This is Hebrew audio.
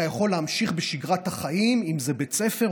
אתה יכול להמשיך בשגרת החיים, אם זה בית ספר,